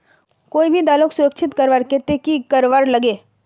कोई भी दालोक सुरक्षित रखवार केते की करवार लगे?